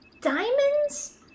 Diamonds